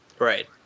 Right